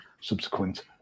subsequent